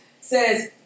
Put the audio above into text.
says